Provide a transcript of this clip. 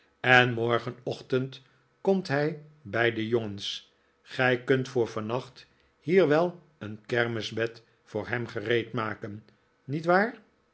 en morgenochtend komt hij bij de jongens gij kunt voor vannacht hier wel een kermisbed voor hem gereedmaken niet waar